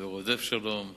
שלום,